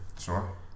Sure